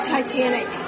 Titanic